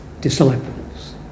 disciples